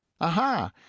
Aha